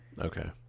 Okay